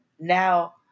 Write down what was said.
Now